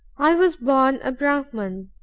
i was born a brahman.